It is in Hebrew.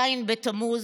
ז' בתמוז,